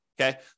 Okay